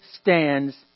stands